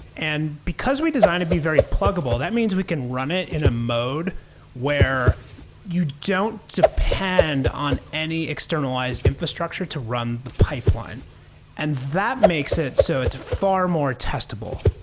and because we designed it to be very pluggable, that means we can run it in a mode where you don't depend on any externalized infrastructure to run the pipeline and that makes it so it's far more testable.